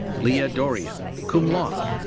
leah dorrian, cum laude.